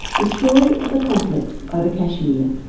the story of the conflict over kashmir.